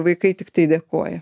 vaikai tiktai dėkoja